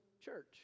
Church